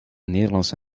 nederlandse